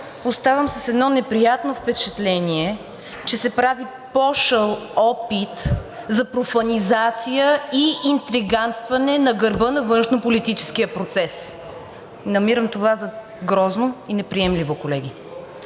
оставам с едно неприятно впечатление, че се прави пошъл опит за профанизация и интригантстване на гърба на външнополитическия процес. Намирам това за грозно и неприемливо, колеги.